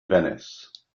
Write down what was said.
venice